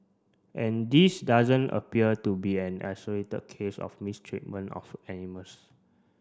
and this doesn't appear to be an isolated case of mistreatment of animals